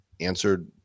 answered